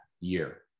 year